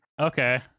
okay